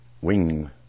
wing